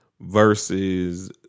versus